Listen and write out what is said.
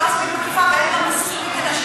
שהיא לא מספיק מקיפה ואין לה מספיק כדי,